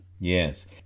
Yes